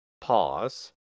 Pause